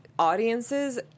audiences